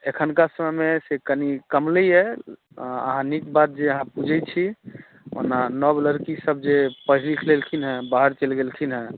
एखुनका समयमे से कनी कमलैया आ अहाँ नीक बात जे अहाँ फ्री छी ओना नव लड़की सब जे पढ़ि लिखि लेलखिन हन जे बाहर चलि गेलखिन हैं